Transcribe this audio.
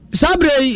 sabre